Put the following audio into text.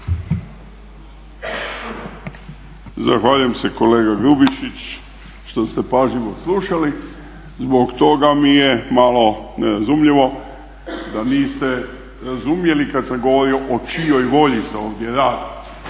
Zahvaljujem se kolega Grubišić što ste pažljivo slušali, zbog toga mi je malo nerazumljivo da niste razumjeli kada sam govorio o čijoj volji se ovdje radi.